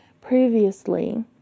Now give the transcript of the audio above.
previously